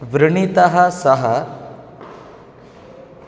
वृणितः सः